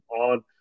on